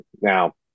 now